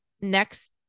next